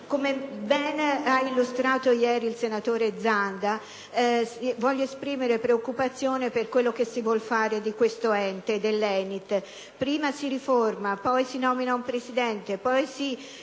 come bene ha illustrato ieri il senatore Zanda, voglio esprimere preoccupazione per quel che si vuol fare dell'ENIT: prima lo si riforma, poi si nomina un presidente, poi si